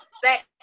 sex